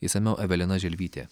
išsamiau evelina želvytė